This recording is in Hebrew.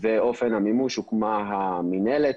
ואופן המימוש הוקמה המינהלת.